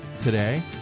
today